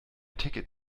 ticket